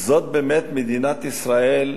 זאת באמת מדינת ישראל?